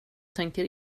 tänker